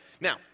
Now